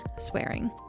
swearing